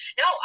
no